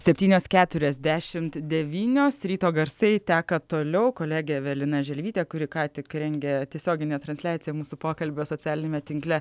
septynios keturiasdešimt devynios ryto garsai teka toliau kolegė evelina želvytė kuri ką tik rengė tiesioginę transliaciją mūsų pokalbio socialiniame tinkle